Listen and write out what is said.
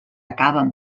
acaben